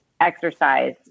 exercise